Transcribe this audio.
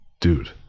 Dude